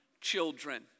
children